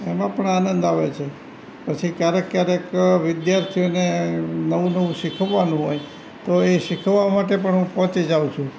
એમાં પણ આનંદ આવે છે પછી ક્યારેક ક્યારેક વિદ્યાર્થીઓને નવું નવું શીખવવાનું હોય તો એ શીખવવા માટે પણ હું પહોંચી જાઉં છું